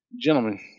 Gentlemen